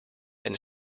and